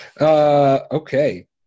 Okay